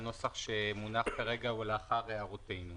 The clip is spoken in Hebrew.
והנוסח שמונח כרגע הוא לאחר הערותינו.